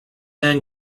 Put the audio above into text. man